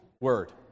word